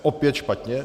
Opět špatně.